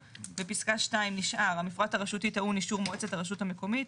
בפסקה (2) נשאר "המפרט הרשותי טעון אישור מועצת הרשות המקומית".